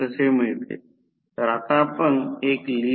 9 Ω प्रतिकार आणि 5